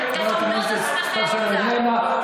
תשמעי מה אמרתי.